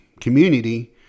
community